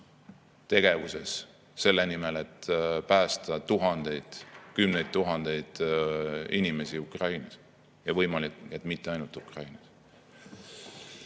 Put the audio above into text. tegevuses selle nimel, et päästa tuhandeid, kümneid tuhandeid inimesi Ukrainas ja võimalik, et mitte ainult Ukrainas.